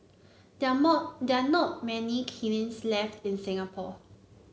there are more there are not many kilns left in Singapore